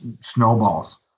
snowballs